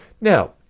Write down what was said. Now